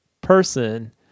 person